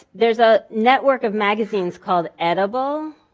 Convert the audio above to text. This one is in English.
there's a network of magazines called edible.